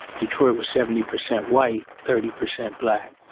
detroit was seventy percent white, thirty percent black.